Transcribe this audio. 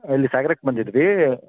ಇಲ್ಲಿ ಸಾಗ್ರಕ್ಕೆ ಬಂದಿದ್ದೀವಿ